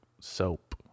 soap